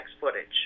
footage